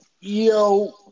Yo